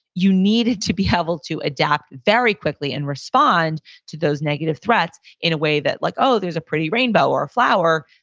you need to be able to adapt very quickly and respond to those negative threats in a way that like, oh, there's a pretty rainbow or a flower.